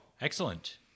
Excellent